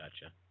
gotcha